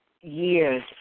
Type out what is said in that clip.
years